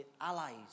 allies